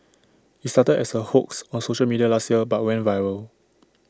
IT started as A hoax on social media last year but went viral